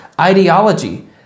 ideology